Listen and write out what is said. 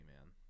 man